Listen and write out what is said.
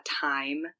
time